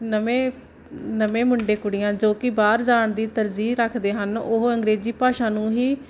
ਨਵੇਂ ਨਵੇਂ ਮੁੰਡੇ ਕੁੜੀਆਂ ਜੋ ਕਿ ਬਾਹਰ ਜਾਣ ਦੀ ਤਰਜੀਹ ਰੱਖਦੇ ਹਨ ਉਹ ਅੰਗਰੇਜ਼ੀ ਭਾਸ਼ਾ ਨੂੰ ਹੀ